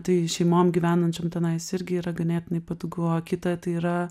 tai šeimom gyvenančiom tenais irgi yra ganėtinai patogu o kita tai yra